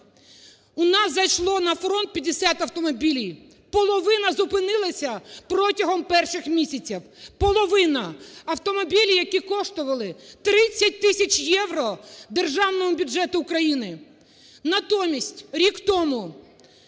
У нас зайшло на фронт 50 автомобілів. Половина зупинилася протягом перших місяців. Половина! Автомобілі, які коштували 30 тисяч євро, державному бюджету України. Натомість рік тому